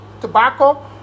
tobacco